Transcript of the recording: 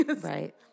Right